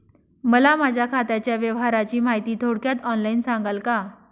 मला माझ्या खात्याच्या व्यवहाराची माहिती थोडक्यात ऑनलाईन सांगाल का?